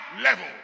level